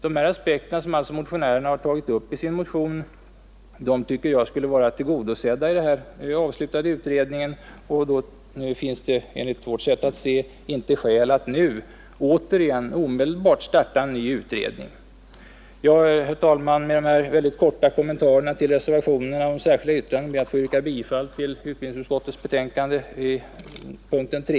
De aspekterna, som motionärerna också har tagit upp i sin motion, tycker jag borde vara väl tillgodosedda genom den nyss avslutade utredningen, och det finns därför enligt vårt sätt att se inte något skäl att nu omedelbart starta en ny utredning. Herr talman! Med dessa korta kommentarer till reservationerna och det särskilda yttrandet ber jag att få yrka bifall till utbildningsutskottets hemställan i punkten 3.